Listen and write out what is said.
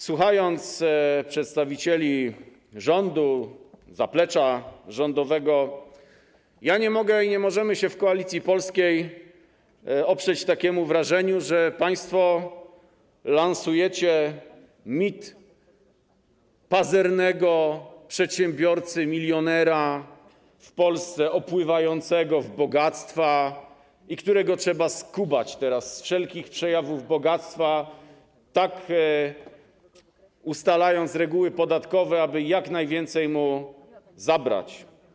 Słuchając przedstawicieli rządu, zaplecza rządowego, nie mogę i nie możemy się w Koalicji Polskiej oprzeć wrażeniu, że państwo lansujecie mit pazernego przedsiębiorcy milionera w Polsce, opływającego w bogactwa, którego teraz trzeba skubać z wszelkich przejawów bogactwa, tak ustalając reguły podatkowe, aby jak najwięcej mu zabrać.